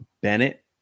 Bennett